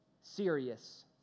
serious